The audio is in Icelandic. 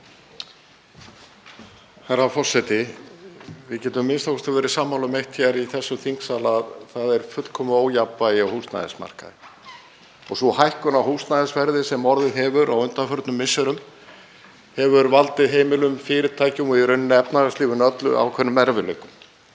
Herra forseti. Við getum a.m.k. verið sammála um eitt hér í þessum þingsal, að það er fullkomið ójafnvægi á húsnæðismarkaði. Sú hækkun á húsnæðisverði sem orðið hefur á undanförnum misserum hefur valdið heimilum, fyrirtækjum og í rauninni efnahagslífinu öllu ákveðnum erfiðleikum.